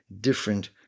different